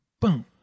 boom